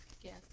Yes